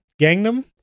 gangnam